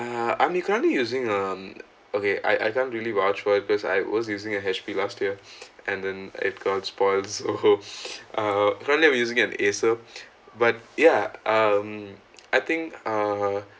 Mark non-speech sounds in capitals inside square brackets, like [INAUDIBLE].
uh I mean currently using um okay I I can't really watch because I was using a H_P last year [BREATH] and then it got spoiled so [LAUGHS] uh currently I'm using an Acer [BREATH] but ya um I think uh